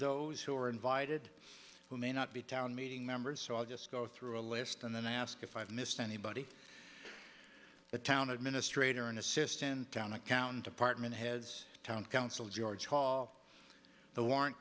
those who are invited who may not be town meeting members so i'll just go through a list and then ask if i've missed anybody the town administrator an assistant town accountant apartment has town council george hall the warrant